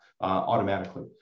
automatically